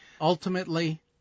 Ultimately